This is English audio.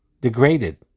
Degraded